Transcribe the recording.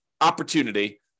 opportunity